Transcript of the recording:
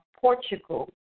Portugal